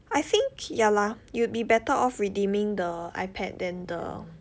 I think ya lah you'd be better off redeeming the ipad than the